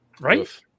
right